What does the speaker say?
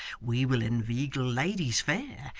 we will inveigle ladies fair,